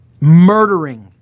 Murdering